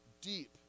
deep